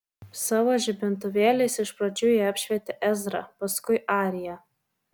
savo žibintuvėliais iš pradžių jie apšvietė ezrą paskui ariją